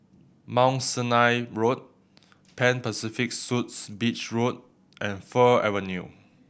Mount Sinai Road Pan Pacific Suites Beach Road and Fir Avenue